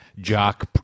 jock